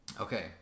Okay